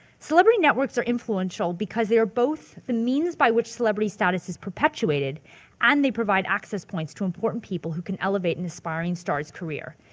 celebrity networks are influential because they are both the means by which celebrity status is perpetuated and they provide access points to important people who can elevate an aspiring star's career.